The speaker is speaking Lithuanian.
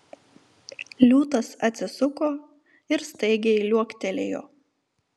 liūtas atsisuko ir staigiai liuoktelėjo